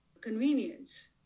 convenience